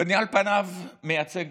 ואני על פניו מייצג